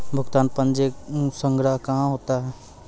भुगतान पंजी संग्रह कहां होता हैं?